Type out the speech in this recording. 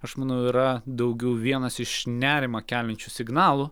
aš manau yra daugiau vienas iš nerimą keliančių signalų